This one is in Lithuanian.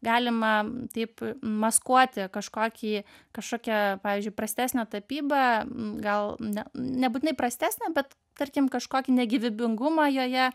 galima taip maskuoti kažkokį kažkokią pavyzdžiui prastesnio tapybą gal ne nebūtinai prastesnę bet tarkim kažkokį negyvybingumą joje